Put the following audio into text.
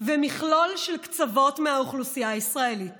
ומכלול של קצוות מהאוכלוסייה הישראלית